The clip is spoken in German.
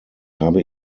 habe